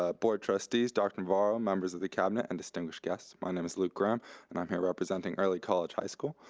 ah board trustees, dr. navarro, members of the cabinet and distinguished guests. my name is luke graham and i'm here representing early college high school.